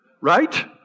Right